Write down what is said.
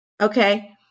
okay